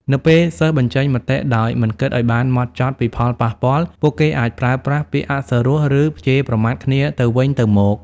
នៅពេលសិស្សបញ្ចេញមតិដោយមិនគិតឲ្យបានហ្មត់ចត់ពីផលប៉ះពាល់ ពួកគេអាចប្រើប្រាស់ ពាក្យអសុរោះ ឬ ជេរប្រមាថគ្នាទៅវិញទៅមក។